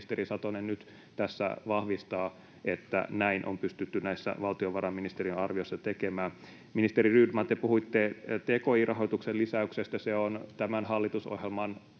ministeri Satonen, nyt tässä vahvistaa, että näin on pystytty näissä valtiovarainministeriön arvioissa tekemään? Ministeri Rydman, te puhuitte tki-rahoituksen lisäyksestä. Se on tämän hallitusohjelman